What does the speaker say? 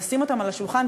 לשים אותם על השולחן,